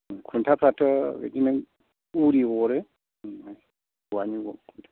खुन्थाफ्राथ' बिदिनो उरि अरो बिदिनो औवानि न'आव